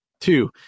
Two